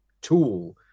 tool